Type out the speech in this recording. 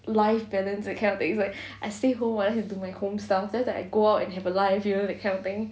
life balance that kind of thing like I stay home I can do my home stuff after that I go out and have a life you know that kind of thing